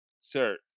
sir